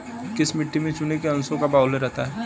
किस मिट्टी में चूने के अंशों का बाहुल्य रहता है?